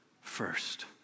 first